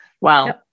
Wow